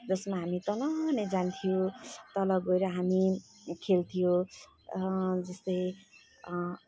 जसमा हामी तल नै जान्थ्यौँ तल गएर हामी खेल्थ्यौँ जस्तै